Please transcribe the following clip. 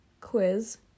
quiz